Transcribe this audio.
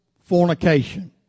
fornication